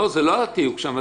לא זה לא התיוג שם.